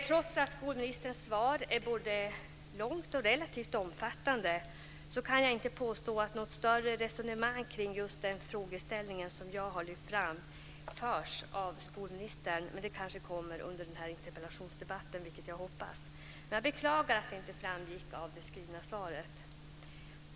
Trots att skolministerns svar är både långt och relativt omfattande kan jag inte påstå att något större resonemang kring just den frågeställning som jag har lyft fram förs av skolministern. Men det kanske kommer under den här interpellationsdebatten, vilket jag hoppas på. Jag beklagar i alla fall att det inte framgår av det skrivna svaret.